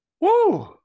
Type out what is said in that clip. Woo